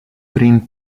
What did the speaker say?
prin